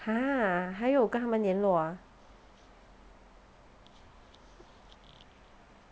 !huh! 还有跟他们联络啊